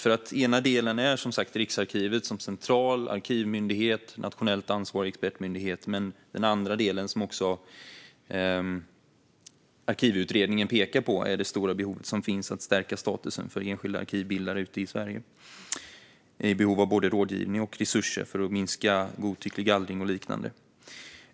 Den ena delen är som sagt Riksarkivet som central arkivmyndighet och nationellt ansvarig expertmyndighet, men den andra delen, som också Arkivutredningen pekar på, är det stora behov som finns av att stärka statusen för enskilda arkivbildare ute i Sverige. De är i behov av både rådgivning och resurser för att minska godtycklig gallring och liknande.